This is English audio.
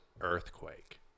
earthquake